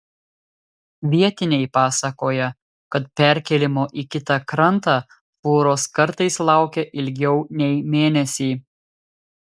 vietiniai pasakoja kad perkėlimo į kitą krantą fūros kartais laukia ilgiau nei mėnesį